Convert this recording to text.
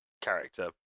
character